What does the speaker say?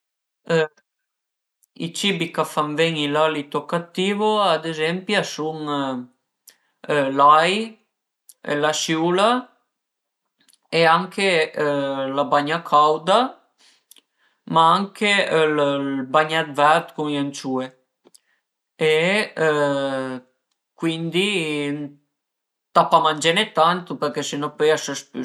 I cibi ch'a fan ven-i l'alito cattivo ad ezempi a sun l'ai, la siula e anche la bagna cauda, ma anche ël bagnèt vert cun le anciùe e cuindi ëntà pa mangene tantu përché së no pöi a së spüsa